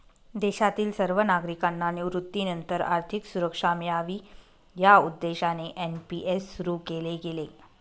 देशातील सर्व नागरिकांना निवृत्तीनंतर आर्थिक सुरक्षा मिळावी या उद्देशाने एन.पी.एस सुरु केले गेले